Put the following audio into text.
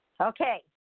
Okay